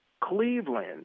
Cleveland